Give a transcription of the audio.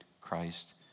Christ